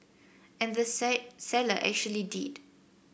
and the say seller actually did